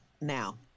now